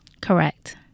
Correct